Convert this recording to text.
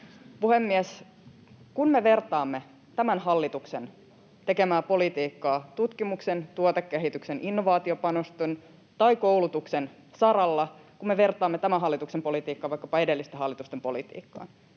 puhemies! Kun me vertaamme tämän hallituksen tekemää politiikkaa tutkimuksen, tuotekehityksen, innovaatiopanosten tai koulutuksen saralla vaikkapa edellisten hallitusten politiikkaan,